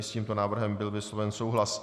I s tímto návrhem byl vysloven souhlas.